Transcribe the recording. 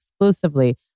exclusively